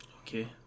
Okay